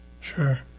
sure